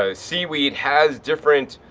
ah seaweed, has different,